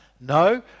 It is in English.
No